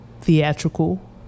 theatrical